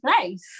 place